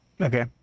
Okay